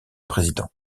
président